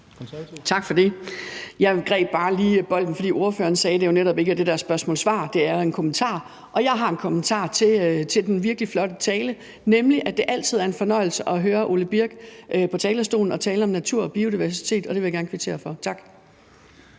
Tak for det. Jeg greb bare lige bolden, fordi ordføreren sagde, at det jo netop ikke er det der spørgsmål-svar, men det er en kommentar, og jeg har en kommentar til den virkelig flotte tale, nemlig at det altid er en fornøjelse at høre Ole Birk Olesen på talerstolen og tale om natur og biodiversitet, og det vil jeg gerne kvittere for. Tak.